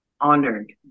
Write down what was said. honored